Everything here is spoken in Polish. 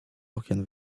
okien